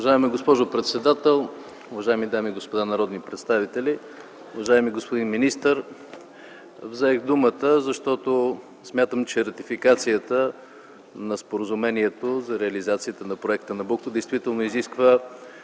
Уважаема госпожо председател, уважаеми дами и господа народни представители, уважаеми господин министър! Взех думата, защото смятам, че ратификацията на Споразумението за реализацията на проекта „Набуко” действително изисква